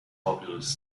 populous